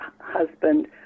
husband